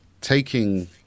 taking